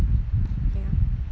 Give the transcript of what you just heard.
ya